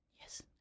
yes